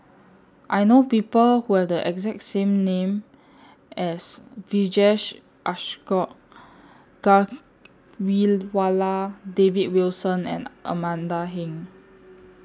I know People Who Have The exact name as Vijesh Ashok Ghariwala David Wilson and Amanda Heng